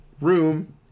room